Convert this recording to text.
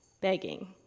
begging